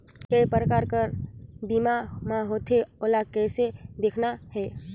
काय प्रकार कर बीमा मा होथे? ओला कइसे देखना है?